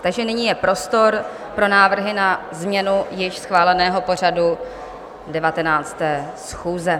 Takže nyní je prostor pro návrhy na změnu již schváleného pořadu 19. schůze.